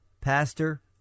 pastor